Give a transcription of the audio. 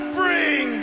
bring